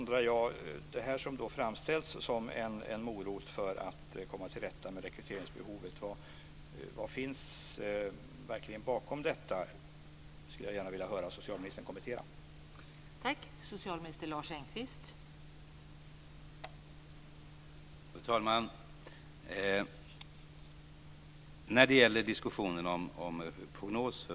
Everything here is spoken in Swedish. Det här framställs som en morot för att komma till rätta med rekryteringsbehovet. Vad finns bakom detta? Jag skulle gärna vilja höra socialministern kommentera det.